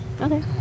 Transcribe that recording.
Okay